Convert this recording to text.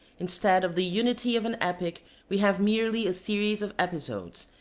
instead of the unity of an epic we have merely a series of episodes,